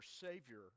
Savior